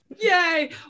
yay